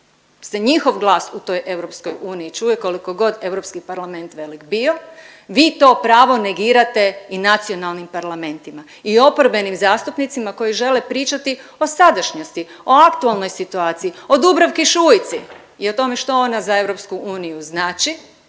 njihov glas u toj EU čuje koliko god Europski parlament bio, vi to pravo negirate i nacionalnim parlamentima i oporbenim zastupnicima koji žele pričati o sadašnjosti, o aktualnoj situaciji, o Dubravki Šuici i o tome što ona za Europsku